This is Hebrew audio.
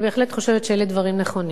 אני בהחלט חושבת שאלה דברים נכונים.